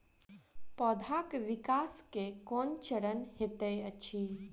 पौधाक विकास केँ केँ कुन चरण हएत अछि?